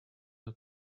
her